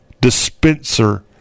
dispenser